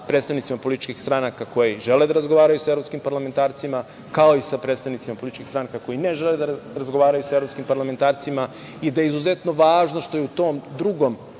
predstavnicima političkih stranaka koji žele da razgovaraju sa evropskim parlamentarcima, kao i sa predstavnicima političkih stranaka, koji ne žele da razgovaraju sa evropskim parlamentarcima i da je izuzetno važno što je u tom drugom